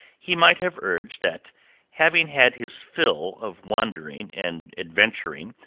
he might have urged that having had his fill of wandering and adventuring,